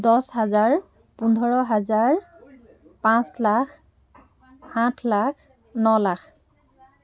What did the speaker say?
দহ হাজাৰ পোন্ধৰ হাজাৰ পাঁচ লাখ আঠ লাখ ন লাখ